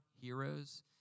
heroes